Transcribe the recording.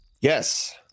yes